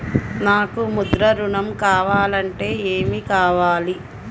నాకు ముద్ర ఋణం కావాలంటే ఏమి కావాలి?